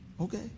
Okay